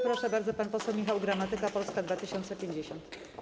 Proszę bardzo, pan poseł Michał Gramatyka, Polska 2050.